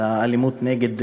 לאלימות נגד נשים,